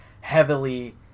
heavily